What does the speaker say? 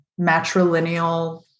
matrilineal